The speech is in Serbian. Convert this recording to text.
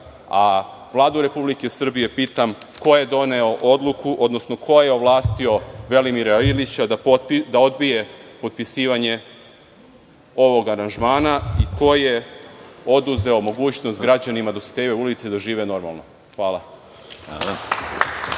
njega. Vladu Republike Srbije pitam ko je doneo odluku, odnosno ko je ovlastio Velimira Ilića da odbije potpisivanje ovog aranžmana i ko je oduzeo mogućnost građanima Dositejeve ulice da žive normalno? Hvala.